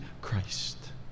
Christ